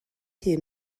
hun